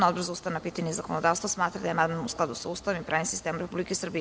Odbor za ustavna pitanja i zakonodavstvo smatra da je amandman u skladu sa Ustavom i pravnim sistemom Republike Srbije.